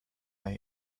eye